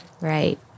Right